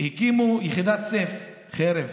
הקימו את יחידת סיף, חרב.